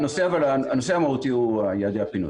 הנושא המהותי הוא יעדי הפינוי.